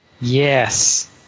Yes